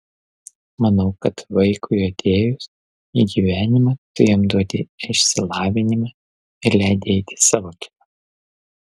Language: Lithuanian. manau kad vaikui atėjus į gyvenimą tu jam duodi išsilavinimą ir leidi eiti savo keliu